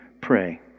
pray